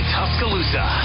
Tuscaloosa